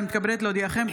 אני מתכבדת להודיעכם,